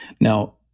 Now